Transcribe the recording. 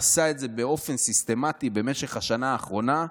ועשה את זה באופן סיסטמטי במשך השנה האחרונה,